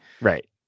right